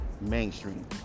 mainstream